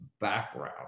background